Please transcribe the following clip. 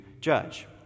judge